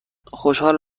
خوشحال